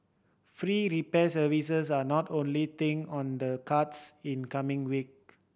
free repair services are not only thing on the cards in coming week